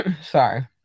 Sorry